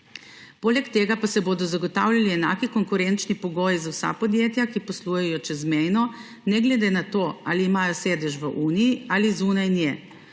Poleg tega pa se bodo zagotavljali enaki konkurenčni pogoji za vsa podjetja, ki poslujejo čezmejno, ne glede na to, ali imajo sedež v Uniji ali zunaj nje.